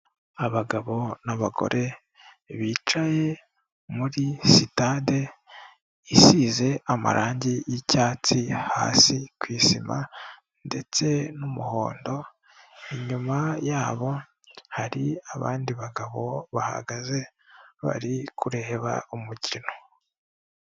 Abagabo n'abagore bicaye muri sitade isize amarangi y'icyatsi hasi ku isima ndetse n'umuhondo, inyuma yabo hari abandi bagabo bahagaze bari kureba umukino.